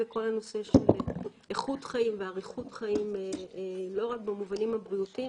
בכל הנושא של איכות חיים ואריכות חיים לא רק במובנים הבריאותיים,